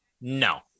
no